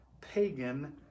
pagan